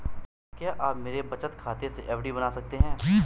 क्या आप मेरे बचत खाते से एफ.डी बना सकते हो?